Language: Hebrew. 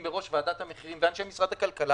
בראש ועדת המחירים ואנשי משרד הכלכלה